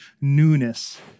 newness